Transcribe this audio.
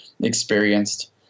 experienced